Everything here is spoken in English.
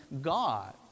God